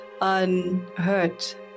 unhurt